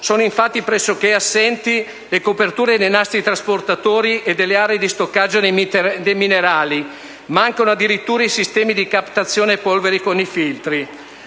Sono infatti pressoché assenti le coperture dei nastri trasportatori e delle aree di stoccaggio dei minerali, mancano addirittura i sistemi di captazione polveri con i filtri.